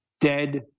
Dead